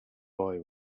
boy